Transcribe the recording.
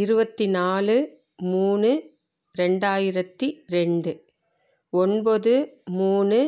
இருபத்தி நாலு மூணு ரெண்டாயிரத்து ரெண்டு ஒன்பது மூணு